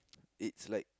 it's like